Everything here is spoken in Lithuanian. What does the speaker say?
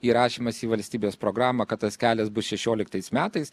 įrašymas į valstybės programą kad tas kelias bus šešioliktais metais